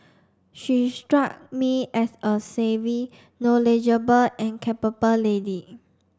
she struck me as a savvy knowledgeable and capable lady